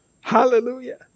Hallelujah